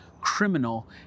criminal